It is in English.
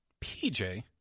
PJ